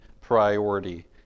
priority